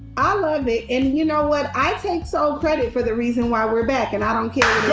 i love it and you know what, i take sole credit for the reason why we're back and i don't care